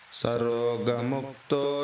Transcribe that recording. sarogamukto